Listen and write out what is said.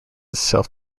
itself